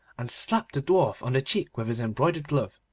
and slapped the dwarf on the cheek with his embroidered glove.